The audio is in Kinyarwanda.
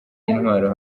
intwaro